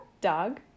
Dog